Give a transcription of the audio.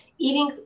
Eating